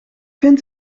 vind